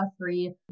free